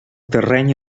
terreny